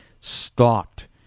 stopped